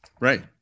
Right